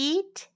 Eat